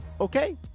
Okay